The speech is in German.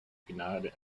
gnade